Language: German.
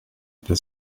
der